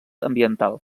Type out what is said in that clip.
ambiental